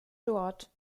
dort